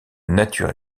nature